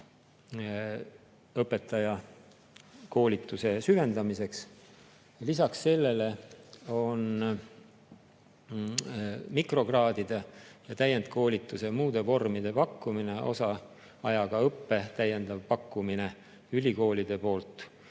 õpetajakoolituse süvendamiseks. Lisaks sellele on mikrokraadide, täienduskoolituse ja muude vormide pakkumine, osaajaga õppe täiendav pakkumine ülikoolide poolt,